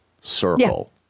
circle